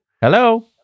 hello